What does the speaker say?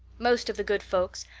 most of the good folks,